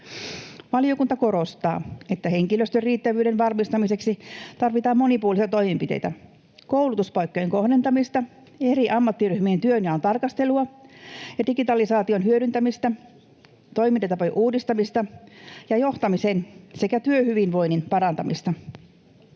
Valiokunta korostaa, että henkilöstön riittävyyden varmistamiseksi tarvitaan monipuolisia toimenpiteitä: koulutuspaikkojen kohdentamista, eri ammattiryhmien työnjaon tarkastelua ja digitalisaation hyödyntämistä, toimintatapojen uudistamista ja johtamisen sekä työhyvinvoinnin parantamista.